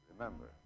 Remember